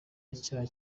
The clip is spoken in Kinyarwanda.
icyaha